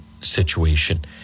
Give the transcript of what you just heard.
situation